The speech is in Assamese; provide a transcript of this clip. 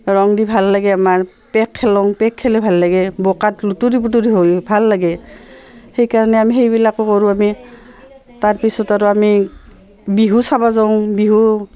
ৰং দি ভাল লাগে আমাৰ পেক খেলো পেক খেলি ভাল লাগে বোকাত লুতৰি পুতুৰি হৈ ভাল লাগে সেইকাৰণে আমি সেইবিলাকো কৰোঁ আমি তাৰপিছত আৰু আমি বিহু চাব যাওঁ বিহু